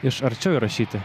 iš arčiau įrašyti